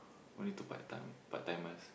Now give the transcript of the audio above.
only two part time part timers